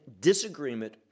disagreement